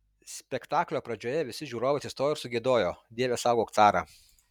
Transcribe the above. spektaklio pradžioje visi žiūrovai atsistojo ir sugiedojo dieve saugok carą